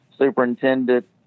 superintendent